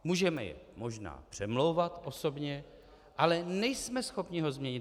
Můžeme je možná přemlouvat osobně, ale nejsme schopni ho změnit.